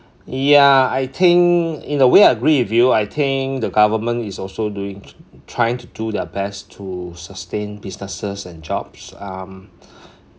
yeah I think in a way I agree with you I think the government is also doing try~ trying to do their best to sustain businesses and jobs um